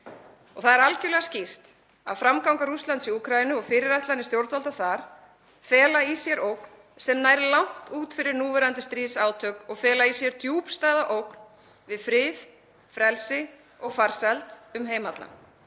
Það er algerlega skýrt að framganga Rússlands í Úkraínu og fyrirætlanir stjórnvalda þar fela í sér ógn sem nær langt út fyrir núverandi stríðsátök og fela í sér djúpstæða ógn við frið, frelsi og farsæld um heim allan,